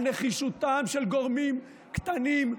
על נחישותם של גורמים קטנים,